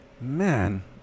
Man